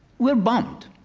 were bombed